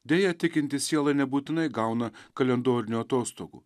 deja tikinti siela nebūtinai gauna kalendorinių atostogų